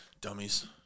Dummies